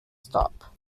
stop